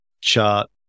chart